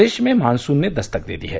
प्रदेश में मानसून ने दस्तक दे दी है